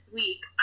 week